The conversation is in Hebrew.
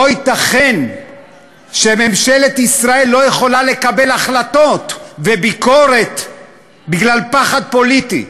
לא ייתכן שממשלת ישראל לא יכולה לקבל החלטות וביקורת בגלל פחד פוליטי.